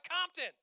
Compton